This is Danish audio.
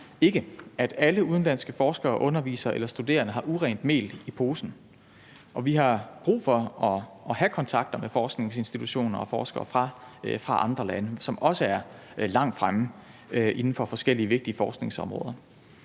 ikke, at alle udenlandske forskere, undervisere eller studerende har urent mel i posen. Og vi har brug for at have kontakt med forskningsinstitutioner og forskere fra andre lande, som også er langt fremme inden for forskellige vigtige forskningsområder.